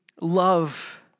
love